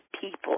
people